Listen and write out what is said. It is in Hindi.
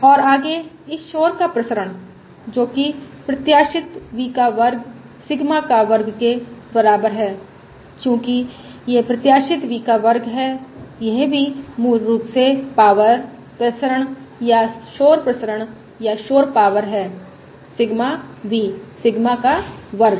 और आगे इस शोर का प्रसरण जो कि प्रत्याशा v का वर्ग सिग्मा का वर्ग के बराबर है चूंकि यह प्रत्याशा v का वर्ग है यह भी मूल रूप से पावर प्रसरण या शोर प्रसरण या शोर पावर है सिग्मा v सिग्मा का वर्ग